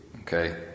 Okay